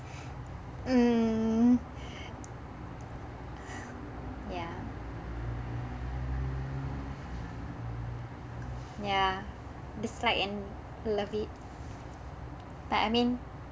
mm ya ya dislike and love it but I mean